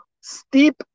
steep